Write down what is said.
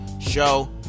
show